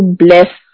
bless